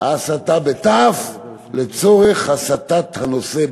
ההסתה לצורך הסטת הנושא.